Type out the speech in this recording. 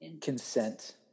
consent